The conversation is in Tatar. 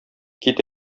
кит